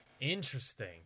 Interesting